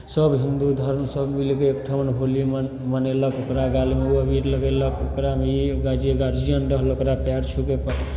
सभ हिन्दू धर्म सभ मिलि कऽ एकठमन होली मन् मनयलक ओकरा गालमे ओ अबीर लगयलक ओकरामे ई जे गार्जियन रहल ओकरा पएर छू कऽ प्र